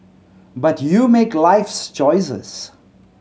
but you make life's choices